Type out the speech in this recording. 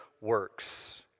works